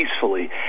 peacefully